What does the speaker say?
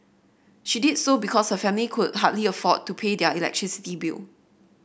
she did so because her family could hardly afford to pay their electricity bill